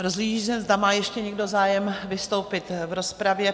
Rozhlížím se, zda má ještě někdo zájem vystoupit v rozpravě?